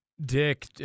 Dick